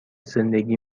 زندگی